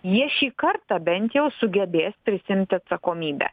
jie šį kartą bent jau sugebės prisiimti atsakomybę